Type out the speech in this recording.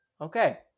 Okay